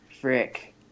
Frick